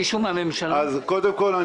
כרגע אנחנו